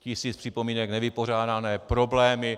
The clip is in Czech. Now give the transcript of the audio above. Tisíc připomínek, nevypořádané problémy.